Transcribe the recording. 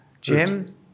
Jim